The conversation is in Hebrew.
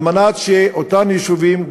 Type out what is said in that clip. על מנת שאותם יישובים,